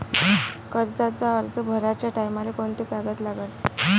कर्जाचा अर्ज भराचे टायमाले कोंते कागद लागन?